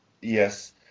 Yes